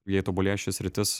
jei tobulėja ši sritis